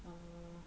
err